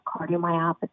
cardiomyopathy